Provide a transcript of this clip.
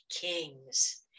kings